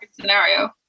scenario